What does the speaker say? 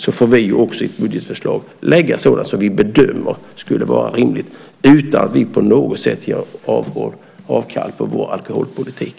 Vi gör också i våra budgetförslag bedömningar av vad som är rimligt utan att vi på något sätt gör avkall på vår alkoholpolitik.